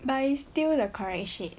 but it's still the correct shade